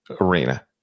arena